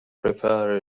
prefer